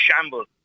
shambles